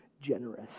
generous